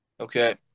Okay